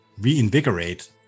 reinvigorate